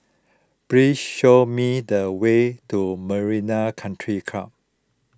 please show me the way to Marina Country Club